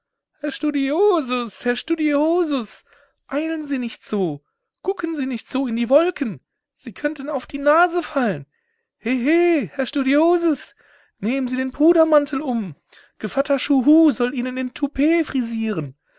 herr studiosus herr studiosus eilen sie nicht so gucken sie nicht so in die wolken sie könnten auf die nase fallen he he herr studiosus nehmen sie den pudermantel um gevatter schuhu soll ihnen den toupet frisieren